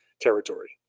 territory